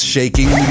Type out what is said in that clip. Shaking